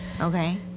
Okay